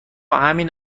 همین